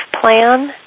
plan